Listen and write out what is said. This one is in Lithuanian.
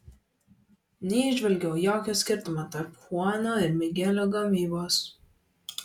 neįžvelgiau jokio skirtumo tarp chuano ir migelio gamybos